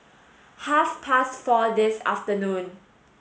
half past four this afternoon